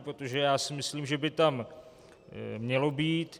Protože já si myslím, že by tam mělo být.